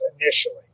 initially